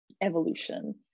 evolution